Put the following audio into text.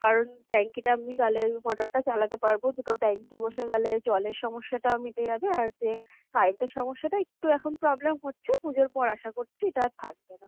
কারণ ট্যাঙ্কিটা আপনি তাহলে মোটরটা চালাতে পারবো দুটো ট্যাঙ্কি বসে গেলে জলের সমস্যাটাও মিটে যাবে আর যে কারেন্টের সমস্যাটা একটু এখন প্রবলেম হচ্ছে পুজোর পর আশা করছি এটা আর থাকবে না